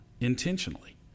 intentionally